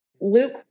Luke